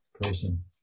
person